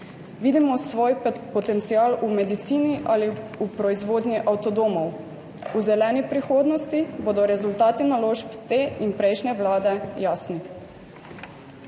Vidimo svoj potencial v medicini ali v proizvodnji avtodomov? V zeleni prihodnosti bodo rezultati naložb te in prejšnje vlade jasni.